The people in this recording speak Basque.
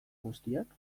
guztiak